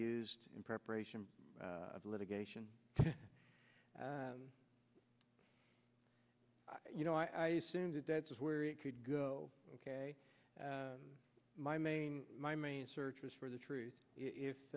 used in preparation of litigation you know i assume that that's where it could go ok my main my main search was for the truth if